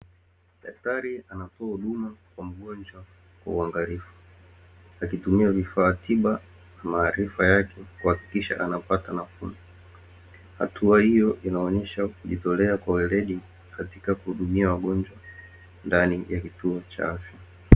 Daktari anatoa huduma kwa mgonjwa kwa uangalifu akitumia vifaa tiba na maarifa yake kuhakikisha anapata nafuu. Hatua hiyo inaonyesha kujiitolea kwa weledi katika kuhudumia wagonjwa ndani ya kituo cha afya.